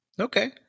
Okay